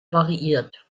variiert